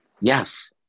yes